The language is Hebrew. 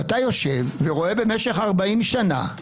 ואתה יושב ורואה משך 40 שנה,